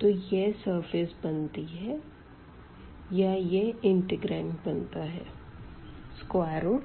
तो यह सरफेस बनती है या यह इंटिग्रांड बनता है a2